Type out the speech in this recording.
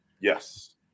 yes